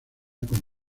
con